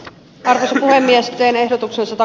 hän sanoi miesten ehdotuksensa